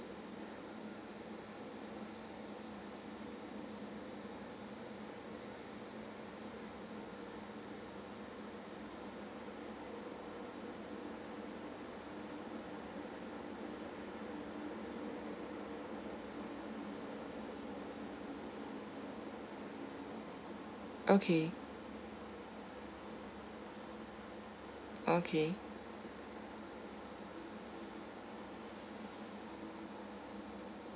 okay okay